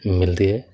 ਮਿਲਦੇ ਹੈ